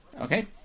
Okay